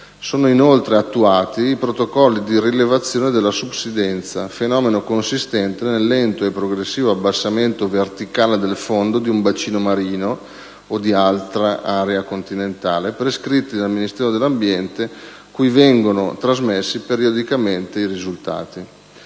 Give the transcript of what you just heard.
Sono inoltre attuati i protocolli di rilevazione della subsidenza - fenomeno consistente nel lento e progressivo abbassamento verticale del fondo di un bacino marino o di un'area continentale - prescritti dal Ministero dell'ambiente e della tutela del territorio